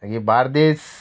मागीर बार्देस